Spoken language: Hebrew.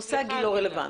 נושא הגיל לא רלוונטי.